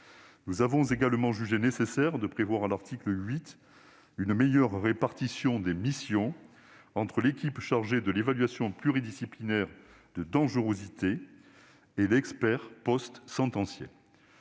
nous avons jugé nécessaire de prévoir une meilleure répartition des missions entre l'équipe chargée de l'évaluation pluridisciplinaire de la dangerosité et l'expert postsentenciel.